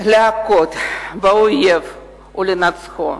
להכות באויב ולנצחו.